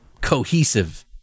cohesive